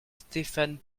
stéphane